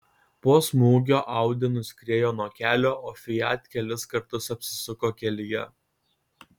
po smūgio audi nuskriejo nuo kelio o fiat kelis kartus apsisuko kelyje